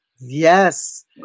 Yes